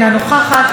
אינה נוכחת,